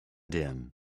din